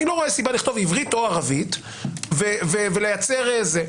אני לא רואה סיבה לכתוב עברית או ערבית ולייצר זה.